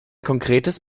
konkretes